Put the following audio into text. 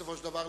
בסופו של דבר,